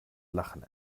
lachen